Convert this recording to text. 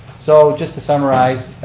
so just to summarize,